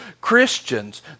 Christians